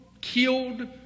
killed